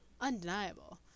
undeniable